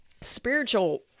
spiritual